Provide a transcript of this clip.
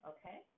Okay